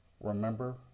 remember